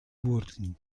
wurden